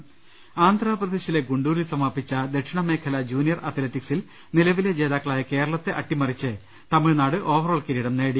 ്്്്്്്് ആന്ധ്രാപ്രദേശിലെ ഗുണ്ടൂരിൽ സമാപിച്ച ദക്ഷിണമേഖലാ ജൂനിയർ അത്ലറ്റിക്സിൽ നിലവിലെ ജേതാക്കളായ കേരളത്തെ അട്ടിമറിച്ച് തമിഴ്നാട് ഓവ റോൾ കിരീടം നേടി